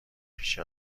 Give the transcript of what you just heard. پیش